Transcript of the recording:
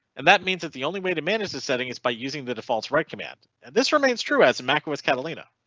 and that means that the only way to manage the setting is by using the defaults write command and d this remains true as a macro with catalina.